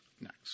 next